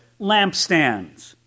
lampstands